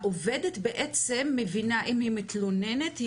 העובדת בעצם מבינה אם היא מתלוננת?